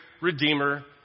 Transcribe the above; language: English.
redeemer